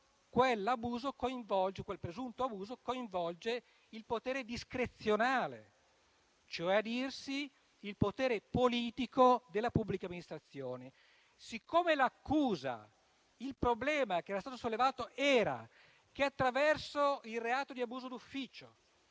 quel presunto abuso coinvolgeva il potere discrezionale, cioè a dirsi il potere politico della pubblica amministrazione. Siccome l'accusa e il problema che erano stati sollevati stavano nel fatto che, attraverso il reato di abuso d'ufficio,